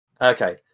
Okay